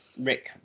Rick